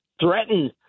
threatened